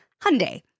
Hyundai